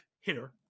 hitter